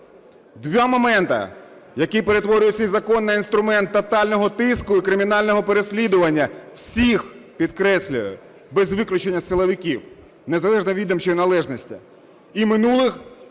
Два моменти, які перетворюють цей закон на інструмент тотального тиску і кримінального переслідування всіх, підкреслюю, без виключення силовиків незалежно відомчої належності: і минулих,